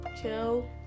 chill